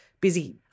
busy